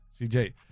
CJ